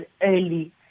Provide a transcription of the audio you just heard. early